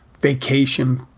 vacation